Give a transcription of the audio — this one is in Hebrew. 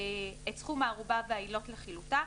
"את סכום הערובה והעילות לחילוטה,